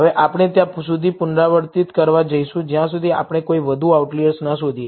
હવે આપણે ત્યાં સુધી પુનરાવર્તિત કરવા જઈશું જ્યાં સુધી આપણે કોઈ વધુ આઉટલિઅર્સ ન શોધીએ